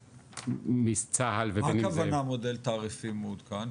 צה"ל --- מה הכוונה במודל תעריפי מעודכן,